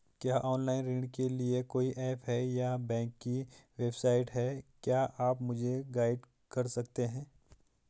क्या ऑनलाइन ऋण के लिए कोई ऐप या बैंक की वेबसाइट है क्या आप मुझे गाइड कर सकते हैं?